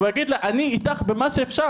והוא יגיד לה אני איתך במה שאפשר.